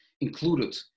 included